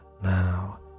now